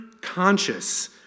conscious